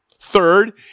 Third